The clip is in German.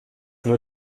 nur